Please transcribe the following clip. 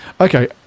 Okay